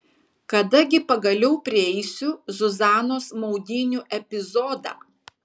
kada gi pagaliau prieisiu zuzanos maudynių epizodą